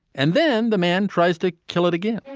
and then the man tries to kill it again.